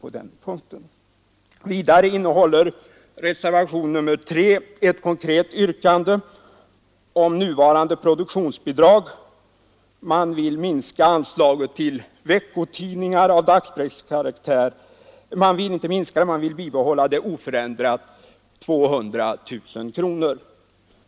Reservationen 3 innehåller vidare ett konkret yrkande om nuvarande produktionsbidrag. Man vill bibehålla anslaget till veckotidningar av dagspresskaraktär oförändrat vid 200 000 kr.